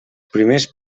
primers